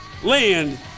Land